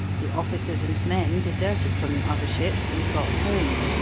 the officers and men deserted from the other ships and got home.